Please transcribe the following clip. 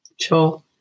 Sure